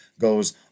goes